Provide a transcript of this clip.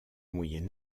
moyen